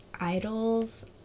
idols